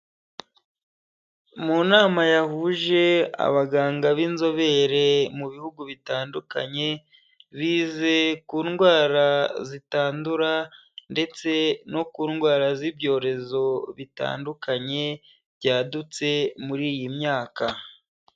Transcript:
Mu nama yahuje abaganga b'inzobere mu bihugu bitandukanye, bize ku ndwara zitandura ndetse no ku ndwara z'ibyorezo bitandukanye byadutse muri iyi myaka.